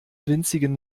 winzigen